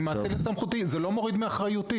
אני מאציל את סמכותי וזה לא מוריד מאחריותי.